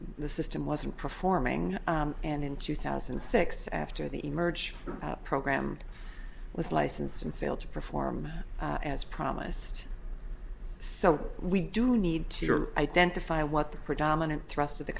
the system wasn't performing and in two thousand and six after the merge program was licensed and failed to perform as promised so we do need to your identify what the predominant thrust of the